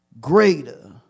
greater